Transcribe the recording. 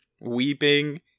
weeping